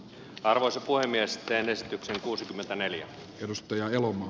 arvoisa puhemies teen esityksen kuusikymmentäneljä edustaja elomo